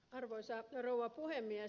arvoisa rouva puhemies